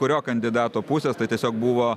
kurio kandidato pusės tai tiesiog buvo